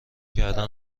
کردن